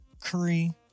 Curry